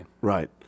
Right